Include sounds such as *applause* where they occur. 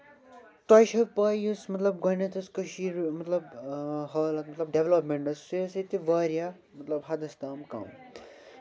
تۄہہِ چھَو پَے یُس مطلب یُس گۄڈٕنٮ۪تھ مطلب کٔشیٖر ہِندۍ حالات مطلب ڈٮ۪ولَپمٮ۪ٹ *unintelligible* ٲسۍ ییٚتہِ واریاہ حَدس تام کَم